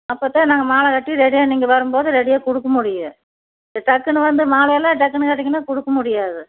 அப்போத்தான் நாங்கள் மாலைக்கட்டி ரெடியாக நீங்கள் வரும்போது ரெடியாக கொடுக்க முடியும் டக்குன்னு வந்து மாலையெல்லாம் டக்குன்னு கேட்டிங்கன்னா கொடுக்க முடியாது